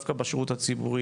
דווקא בשירות הציבור,